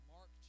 Mark